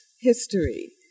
history